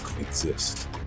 exist